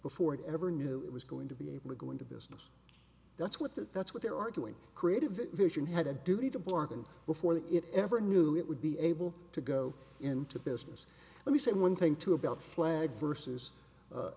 before it ever knew it was going to be able to go into business that's what that that's what they're arguing creative vision had a duty to bargain before that it ever knew it would be able to go into business let me say one thing too about flag versus